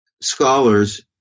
scholars